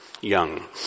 young